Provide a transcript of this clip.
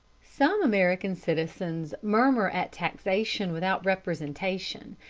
some american citizens murmur at taxation without representation,